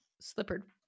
slippered